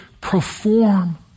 perform